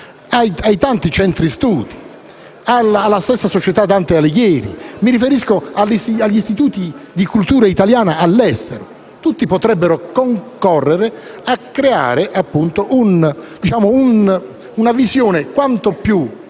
ai tanti centri studi, alla stessa società Dante Alighieri, agli istituti di cultura italiana all'estero, che potrebbero concorrere a creare una visione collettiva fondata